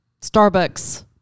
Starbucks